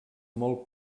molt